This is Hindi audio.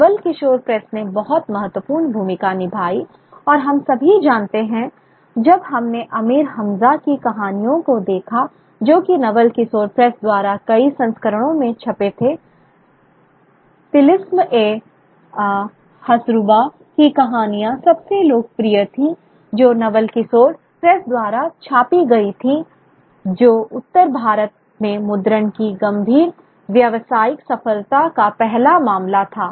नवल किशोर प्रेस ने बहुत महत्वपूर्ण भूमिका निभाई और हम सभी जानते हैं जब हमने अमीर हम्जा की कहानियों को देखा जो कि नवल किशोर प्रेस द्वारा कई संस्करणों में छपे थे तिलिस्म ए हसरूबा की कहानियां सबसे लोकप्रिय थीं जो नवल किशोर प्रेस द्वारा छापी गई थीं जो उत्तर भारत में मुद्रण की गंभीर व्यावसायिक सफलता का पहला मामला था